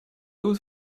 was